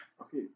Okay